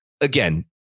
Again